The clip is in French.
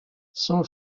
son